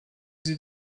sie